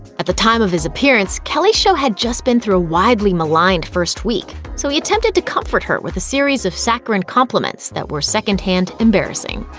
at the time of his appearance, kelly's show had just been through a widely maligned first week, so he attempted to comfort her with a series of saccharine compliments that were secondhand embarrassing.